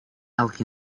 elk